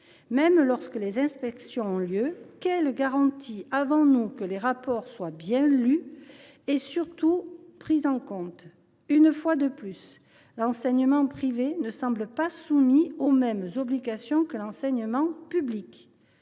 Même lorsque les inspections ont lieu, quelle garantie avons nous que les rapports soient lus et, surtout, pris en compte ? Une fois de plus, l’enseignement privé ne semble pas soumis aux mêmes obligations que l’enseignement public.